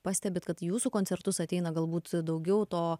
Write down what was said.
pastebit kad į jūsų koncertus ateina galbūt daugiau to